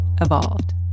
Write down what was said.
evolved